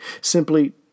simply